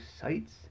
sites